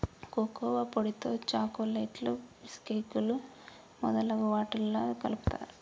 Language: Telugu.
కోకోవా పొడితో చాకోలెట్లు బీషుకేకులు మొదలగు వాట్లల్లా కలుపుతారు